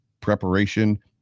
preparation